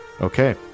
okay